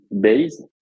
base